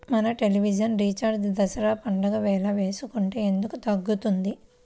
మన television recharge Dasara పండగ వేళ వేసుకుంటే ఎందుకు తగ్గుతుంది?